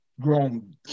grown